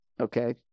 okay